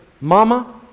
Mama